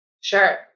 Sure